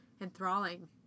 enthralling